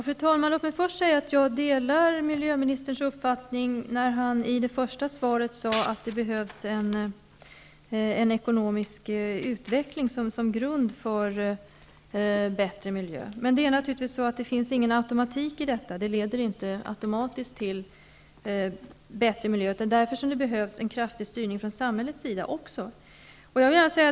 Fru talman! Får jag först säga att jag delar miljöministerns uppfattning när han säger att det behövs en ekonomisk utveckling som grund för bättre miljö. Men det finns naturligtvis ingen automatik i detta. Det leder inte automatiskt till bättre miljö. Därför behövs en kraftig styrning från samhällets sida också.